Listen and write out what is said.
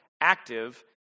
active